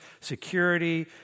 security